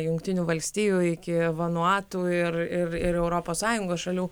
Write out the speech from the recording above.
jungtinių valstijų iki vanuatų ir ir ir europos sąjungos šalių